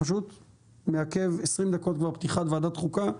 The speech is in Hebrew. אני מעקב 20 דקות את פתיחת ועדת חוקה,